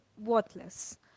worthless